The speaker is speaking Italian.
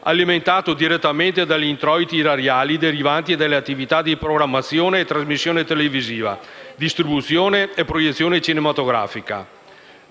alimentato direttamente dagli introiti erariali derivanti dalle attività di programmazione e trasmissione televisiva, distribuzione e proiezione cinematografica.